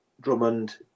Drummond